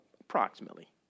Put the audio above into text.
approximately